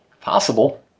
Possible